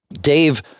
Dave